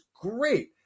great